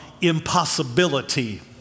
impossibility